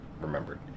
remembered